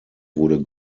wurde